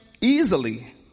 easily